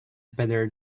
better